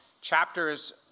chapters